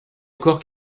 encore